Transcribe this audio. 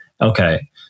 Okay